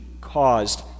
caused